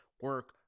Work